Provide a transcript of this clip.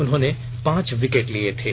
उन्होने पांच विकेट लिये थे